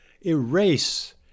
erase